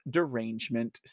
Derangement